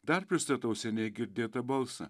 dar pristatau seniai girdėtą balsą